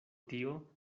tio